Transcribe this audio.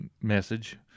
message